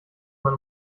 man